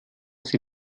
sie